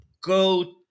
go